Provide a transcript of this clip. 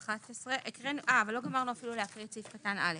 סיימנו להקריא את סעיף קטן (א).